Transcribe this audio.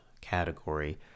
category